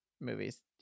movies